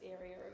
area